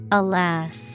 alas